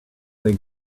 they